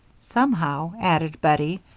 somehow, added bettie,